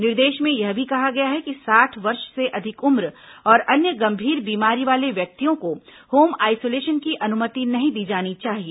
निर्देश में यह भी कहा गया है कि साठ वर्ष से अधिक उम्र और अन्य गंभीर बीमारी वाले व्यक्तियों को होम आइसोलेशन की अनुमति नहीं दी जानी चाहिए